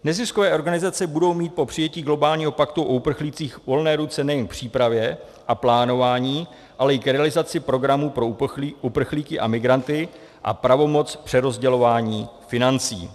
Neziskové organizace budou mít po přijetí globálního paktu o uprchlících volné ruce nejen k přípravě a plánování, ale i k realizaci programů pro uprchlíky a migranty a pravomoc v přerozdělování financí.